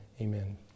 Amen